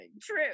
True